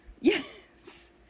Yes